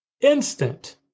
instant